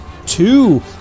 Two